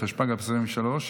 התשפ"ג 2023,